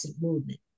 movement